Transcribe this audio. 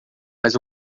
mas